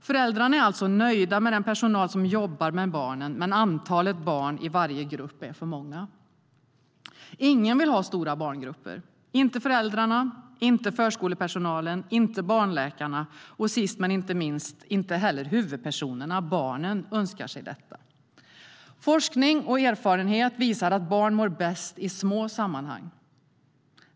Föräldrarna är alltså nöjda med den personal som jobbar med barnen, men antalet barn i varje grupp är för stort. Ingen vill ha stora barngrupper. Inte föräldrarna, inte förskolepersonalen, inte barnläkarna och sist men inte minst inte heller huvudpersonerna, barnen, önskar sig detta. Forskning och erfarenhet visar att barn mår bäst i små sammanhang.